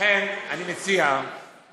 לכן אני מציע